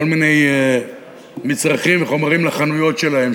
כל מיני מצרכים וחומרים לחנויות שלהם,